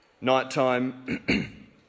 Nighttime